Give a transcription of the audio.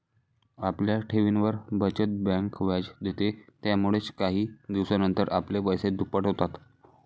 आपल्या ठेवींवर, बचत बँक व्याज देते, यामुळेच काही दिवसानंतर आपले पैसे दुप्पट होतात